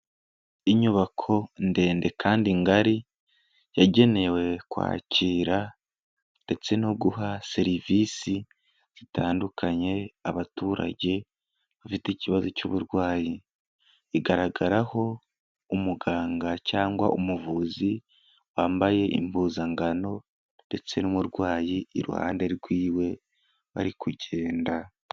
Inyubako ndende kandi ngari yagenewe kwakira ndetse no guha serivisi zitandukanye abaturage bafite ikibazo cy'uburwayi. Igaragaraho umuganga cyangwa umuvuzi wambaye impuzangano ndetse n'umurwayi iruhande rwiwe bari kugenda.